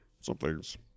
something's